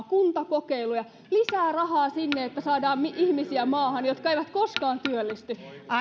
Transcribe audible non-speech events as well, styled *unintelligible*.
*unintelligible* kuntakokeiluja lisää rahaa siihen että saadaan maahan ihmisiä jotka eivät koskaan työllisty